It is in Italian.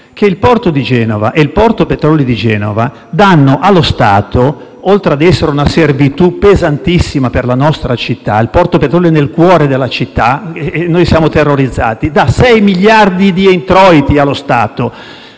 che il porto di Genova e il porto Petroli di Genova danno allo Stato, oltre ad essere una servitù pesantissima per la nostra città perché il porto Petroli è nel cuore della città e noi ne siamo terrorizzati, 6 miliardi di introiti. Il porto